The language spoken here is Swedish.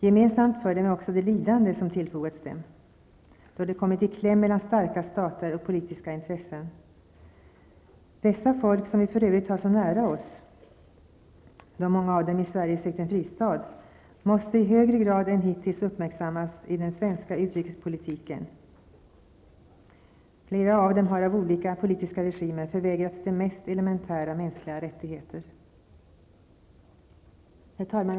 Gemensamt för dem är också det lidande som tillfogats dem, då de kommit i kläm mellan starka stater och politiska intressen. Dessa folk, som vi för övrigt har så nära oss, då många av dem i Sverige sökt en fristad, måste i högre grad än hittills uppmärksammas i den svenska utrikespolitiken; flera av dem har av olika politiska regimer förvägrats de mest elementära mänskliga rättigheter. Herr talman!